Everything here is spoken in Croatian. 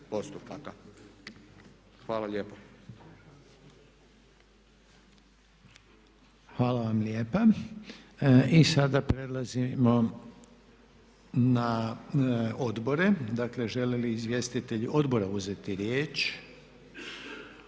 Hvala vam lijepa.